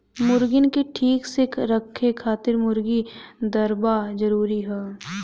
मुर्गीन के ठीक से रखे खातिर मुर्गी दरबा जरूरी हअ